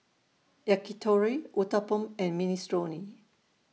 Yakitori Uthapam and Minestrone